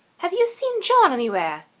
have you seen john anywhere?